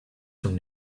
from